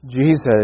Jesus